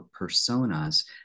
personas